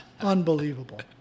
Unbelievable